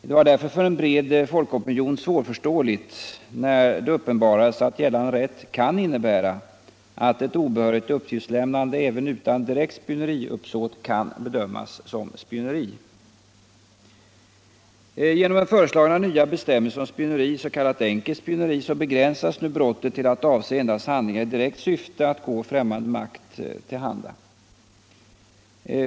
Det var därför för en bred folkopinion svårförståeligt när det uppenbarades att gällande rätt kan innebära att ett obehörigt uppgiftslämnande även utan direkt spioneriuppsåt kan bedömas som spioneri. Genom den föreslagna nya bestämmelsen om spioneri, s.k. enkelt spioneri, begränsas brottet till att avse endast handlingar i direkt syfte att gå främmande makt till handa.